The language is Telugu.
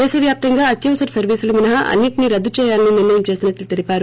దేశ వ్యాప్తంగా అత్యవసర సర్వీసులు మినహా అన్నింటినీ రద్దు చేయాలని నిర్ణయం చేసిన్సట్లు తెలిపారు